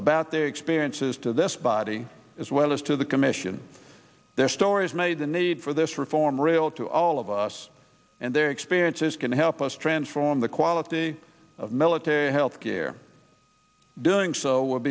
about their experiences to this body as well as to the commission their stories made the need for this reform real to all of us and their experiences can help us transform the quality of military health care doing so w